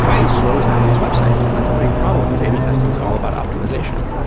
it slows down these websites, and that's a big problem, because a b testing is all about optimization.